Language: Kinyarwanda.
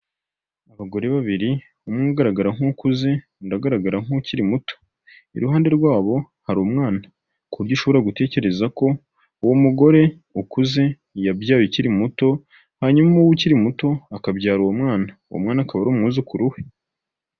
Abagore babiri, umwe ugaragara nk'ukuze undi agaragara nk'ukiri muto, iruhande rwabo hari umwana, ku buryo ushobora gutekereza ko uwo mugore ukuze yabyaye ukiri muto, hanyuma uwo ukiri muto akabyara uwo mwana, uwo mwana akaba ari umwuzukuru we.